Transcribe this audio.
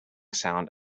sound